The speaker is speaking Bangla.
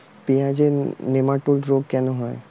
পেঁয়াজের নেমাটোড রোগ কেন হয়?